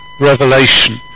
revelation